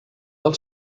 del